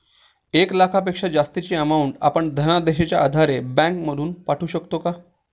एक लाखापेक्षा जास्तची अमाउंट आपण धनादेशच्या आधारे बँक मधून पाठवू शकतो का?